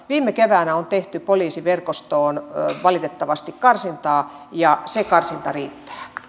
viime keväänä on tehty poliisiverkostoon valitettavasti karsintaa ja se karsinta riittää